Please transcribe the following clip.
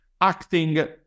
acting